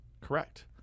Correct